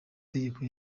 tegeko